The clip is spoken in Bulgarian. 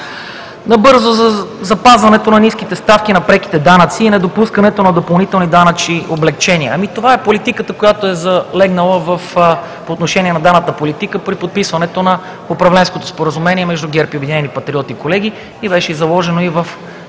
Набързо за запазването на ниските ставки на преките данъци и недопускането на допълнителни данъчни облекчения. Това е политиката, която е залегнала по отношение на данъчната политика при подписването на управленското споразумение между ГЕРБ и „Обединени патриоти“,